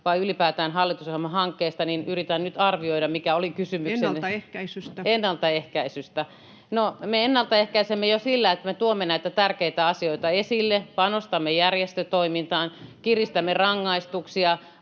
vai ylipäätään hallitusohjelmahankkeista, niin yritän nyt arvioida, mikä oli kysymyksenne. [Puhemies: Ennalta ehkäisystä!] — Ennalta ehkäisystä. No, me ennalta ehkäisemme jo sillä, että me tuomme näitä tärkeitä asioita esille, panostamme järjestötoimintaan, kiristämme rangaistuksia,